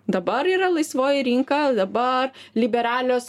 dabar yra laisvoji rinka dabar liberalios